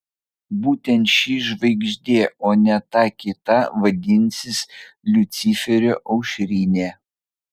būtent ši žvaigždė o ne ta kita vadinsis liuciferio aušrinė